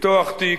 לפתוח תיק,